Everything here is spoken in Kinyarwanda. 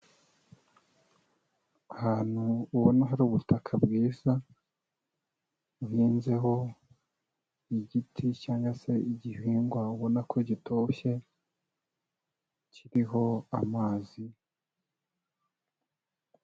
Ahantu ubona hari ubutaka bwiza, buhinzeho igiti cyangwa se igihingwa ubona ko gitoshye, kiriho amazi.